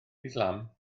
islam